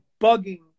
bugging